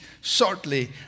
Shortly